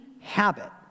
habit